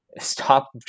stop